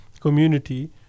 community